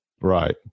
right